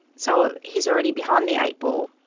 so he's already behind the eightball.